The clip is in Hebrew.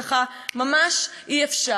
ככה, ממש אי-אפשר.